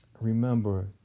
remember